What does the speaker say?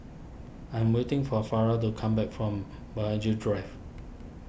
I'm waiting for Farrah to come back from Burghley Drive